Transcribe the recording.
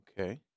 okay